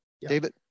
David